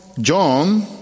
John